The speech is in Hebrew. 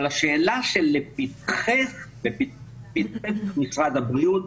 אבל השאלה שלפתחך, לפתחי משרד בריאות